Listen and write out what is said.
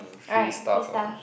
right free stuff